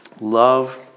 Love